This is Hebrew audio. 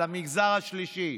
למגזר השלישי,